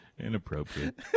inappropriate